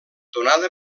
donada